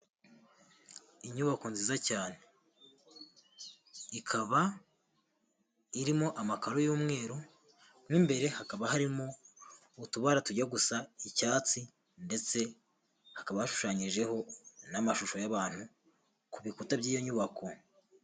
Inyubako nziza cyane, ikaba irimo amakaro y'umweru, mo imbere hakaba harimo utubara tujya gusa icyatsi ndetse hakaba hashushanyijeho n'amashusho y'abantu ku bikuta by'iyo nyubako.